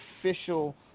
official